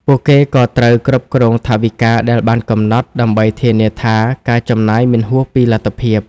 ពួកគេក៏ត្រូវគ្រប់គ្រងថវិកាដែលបានកំណត់ ដើម្បីធានាថាការចំណាយមិនហួសពីលទ្ធភាព។